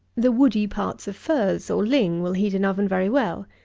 the woody parts of furze, or ling, will heat an oven very well.